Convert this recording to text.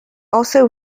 also